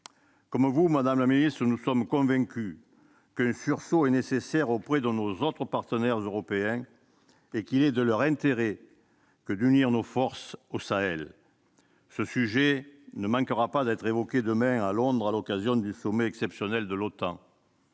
Comme vous, madame la ministre, nous sommes convaincus qu'un sursaut de la part de nos autres partenaires européens est nécessaire, et qu'il est de leur intérêt d'unir nos forces au Sahel. Ce sujet ne manquera pas d'être évoqué demain, à Londres, à l'occasion du sommet exceptionnel de l'OTAN.